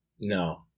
No